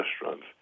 restaurants